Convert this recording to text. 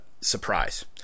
surprise